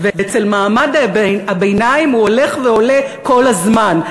ואצל מעמד הביניים הוא הולך ועולה כל הזמן.